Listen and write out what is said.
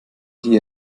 die